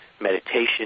meditation